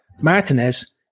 Martinez